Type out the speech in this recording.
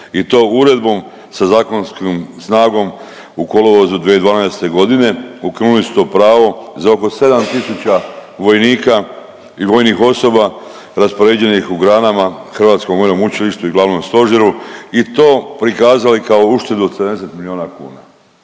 i to Uredbom sa zakonskom snagom u kolovozu 2012.g., ukinuli su to pravo za oko 7 tisuća vojnika i vojnih osoba raspoređenih u granama, Hrvatskom vojnom učilištu i glavnom stožeru i to prikazali kao uštedu od 70 milijuna kuna.